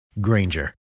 Granger